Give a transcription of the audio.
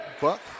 Buck